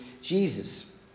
Jesus